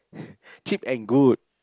cheap and good